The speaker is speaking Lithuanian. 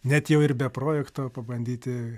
net jau ir be projekto pabandyti